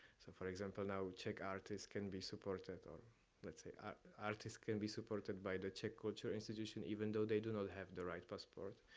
so for example, now czech artists can be supported, or let's say ah artists can be supported by the czech cultural institution, even though they do not have the right passport,